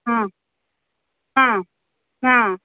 हां हां हां